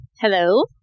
Hello